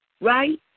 right